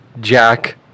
jack